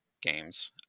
games